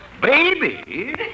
Baby